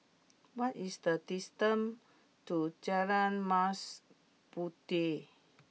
what is the distance to Jalan Mas Puteh